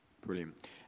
Brilliant